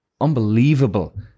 unbelievable